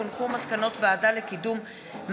כי הונחו על שולחן הכנסת מסקנות הוועדה לקידום מעמד